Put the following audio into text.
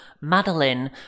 Madeline